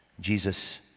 Jesus